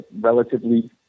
relatively